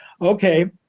okay